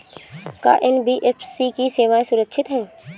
का एन.बी.एफ.सी की सेवायें सुरक्षित है?